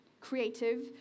creative